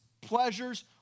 pleasures